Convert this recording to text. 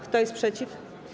Kto jest przeciw?